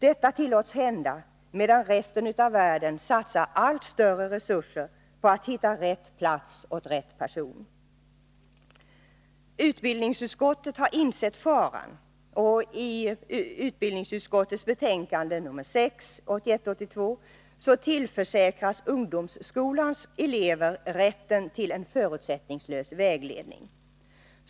Detta tillåts hända medan resten av världen satsar allt större resurser på att hitta rätt plats åt rätt person. Utbildningsutskottet har insett faran, och i utbildningsutskottets betän kande 1981/82:6 tillförsäkras ungdomsskolans elever rätten till en förutsättningslös vägledning.